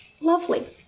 Lovely